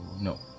no